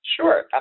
Sure